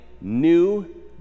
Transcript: new